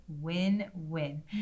Win-win